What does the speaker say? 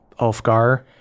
Ulfgar